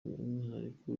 umwihariko